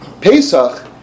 Pesach